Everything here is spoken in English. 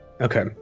Okay